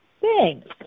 Thanks